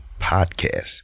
podcast